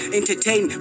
entertain